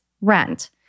rent